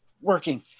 working